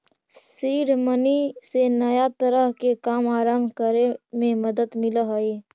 seed money से नया तरह के काम आरंभ करे में मदद मिलऽ हई